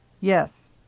Yes